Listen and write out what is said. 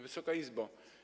Wysoka Izbo!